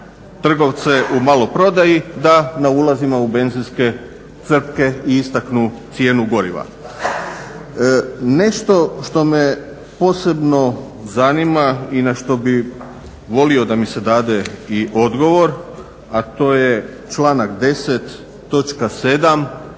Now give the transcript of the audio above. trgovce u maloprodaji da na ulazima u benzinske crpke i istaknu cijenu goriva. Nešto što me posebno zanima i na što bih volio da mi se dade i odgovor a to je članak 10.